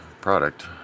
product